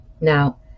Now